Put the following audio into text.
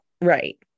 right